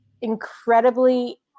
incredibly